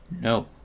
No